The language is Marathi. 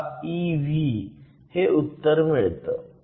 6 ev हे उत्तर मिळतं